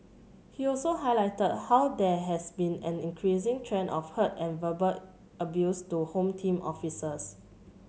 he also highlighted how there has been an increasing trend of hurt and verbal abuse to Home Team officers